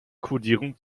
kodierung